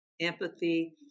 empathy